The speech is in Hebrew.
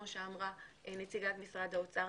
כפי שאמרה נציגת משרד האוצר.